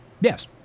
Yes